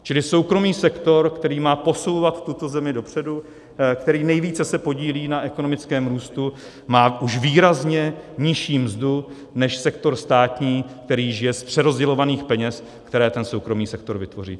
Čili soukromý sektor, který má posouvat tuto zemi dopředu, který se nejvíce podílí na ekonomickém růstu, má už výrazně nižší mzdu než sektor státní, který žije z přerozdělovaných peněz, které ten soukromý sektor vytvoří.